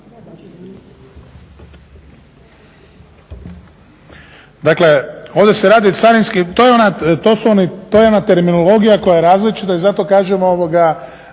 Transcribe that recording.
Dakle ovdje se radi o carinskim, to je ona terminologija koja je različita i zato kažem ova